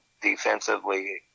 defensively